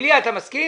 איליה, אתה מסכים?